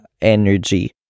energy